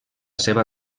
seva